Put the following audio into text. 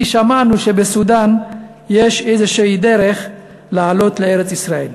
כי שמענו שבסודאן יש איזושהי דרך לעלות לארץ-ישראל.